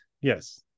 Yes